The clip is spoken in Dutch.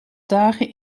dagen